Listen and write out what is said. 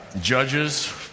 Judges